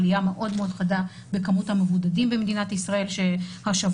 עלייה מאוד מאוד חדה בכמות המבודדים במדינת ישראל שהשבוע